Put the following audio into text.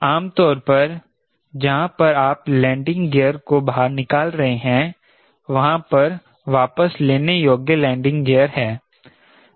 आमतौर पर जहां पर आप लैंडिंग गियर को बाहर निकाल रहे हैं वहां पर वापस लेने योग्य लैंडिंग गियर है